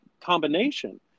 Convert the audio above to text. combination